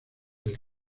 del